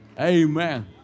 Amen